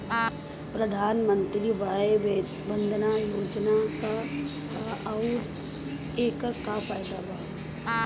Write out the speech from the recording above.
प्रधानमंत्री वय वन्दना योजना का ह आउर एकर का फायदा बा?